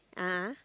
a'ah